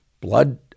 blood